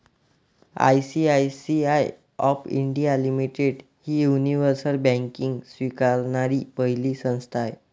ICICI of India limited ही universal banking स्वीकारणारी पहिली संस्था आहे